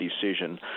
decision